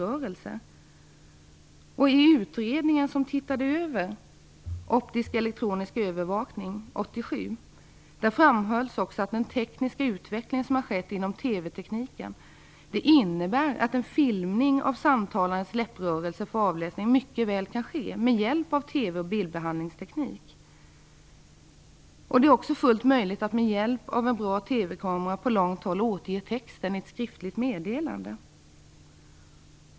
I den utredning som 1987 gjorde en översyn av optisk elektronisk övervakning framhölls också att den tekniska utveckling som har skett inom TV tekniken innebär att en filmning för avläsning av läpprörelser vid samtal mycket väl kan ske med hjälp av TV och bildbehandlingsteknik. Det är också fullt möjligt att med hjälp av en bra TV-kamera från långt håll återge text i ett skriftligt meddelande.